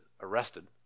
arrested